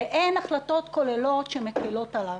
ואין החלטות כוללות שמקלות עליו.